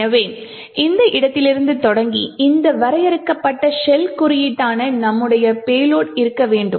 எனவே இந்த இடத்திலிருந்து தொடங்கி இங்கு வரையறுக்கப்பட்ட ஷெல் குறியீடான நம்முடைய பேலோட் இருக்க வேண்டும்